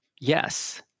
Yes